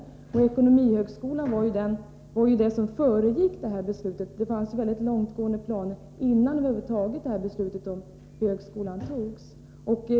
Detta med ekonomihögskolan var ju det som föregick beslutet. Det fanns mycket långtgående planer innan beslutet om högskolan togs.